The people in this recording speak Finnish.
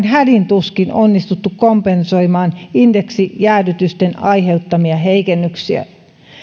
hädin tuskin onnistuttu kompensoimaan indeksijäädytysten aiheuttamia heikennyksiä